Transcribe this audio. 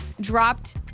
dropped